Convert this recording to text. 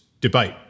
debate